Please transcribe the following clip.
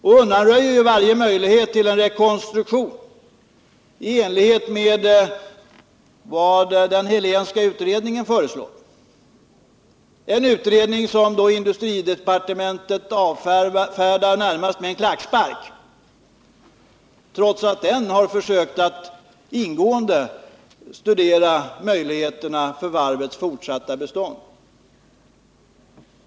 Det undanröjer varje möjlighet till en rekonstruktion i enlighet med vad den Helénska utredningen föreslår — en utredning som industridepartementet avfärdar närmast med en klackspark, trots att den försökt ingående studera möjligheterna för varvets fortsatta bestånd.